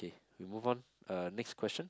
okay you move on uh next question